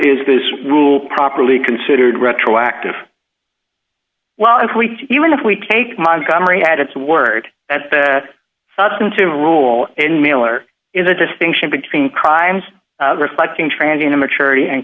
is this rule properly considered retroactive well if we even if we take montgomery at its word that the substantive rule in miller is a distinction between crimes reflecting transient immaturity and